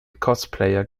cosplayer